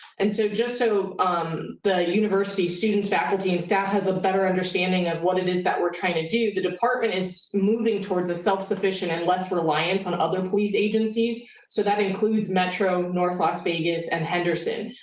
and so just so um the university students faculty and staff has a better understanding of what it is that we're trying to do, the department is moving towards a self-sufficient and less reliance on other police agencies so that includes metro, north las vegas and henderson.